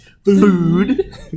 Food